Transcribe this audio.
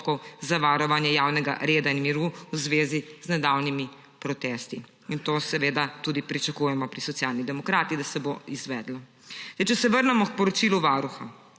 za varovanje javnega reda in miru v zvezi z nedavnimi protesti. To tudi pričakujemo pri Socialnih demokratih, da se bo izvedlo. Če se vrnemo k poročilu Varuha.